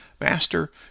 Master